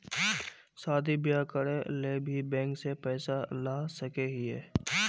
शादी बियाह करे ले भी बैंक से पैसा ला सके हिये?